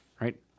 right